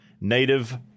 native